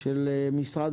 של משרד